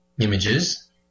images